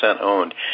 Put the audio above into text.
owned